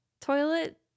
toilet